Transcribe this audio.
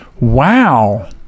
Wow